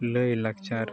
ᱞᱟᱭ ᱞᱟᱠᱪᱟᱨ